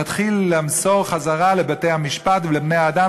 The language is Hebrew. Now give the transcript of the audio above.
תתחיל למסור חזרה לבתי-המשפט ולבני-האדם